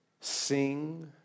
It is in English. sing